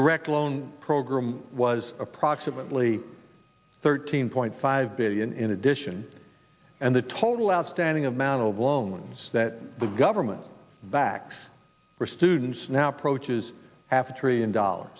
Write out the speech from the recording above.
direct loan program was approximately thirteen point five billion in addition and the total outstanding amount of loans that the government backs for students now approaches after eon dollars